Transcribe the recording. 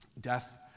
Death